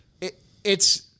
it's-